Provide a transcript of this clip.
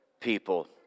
people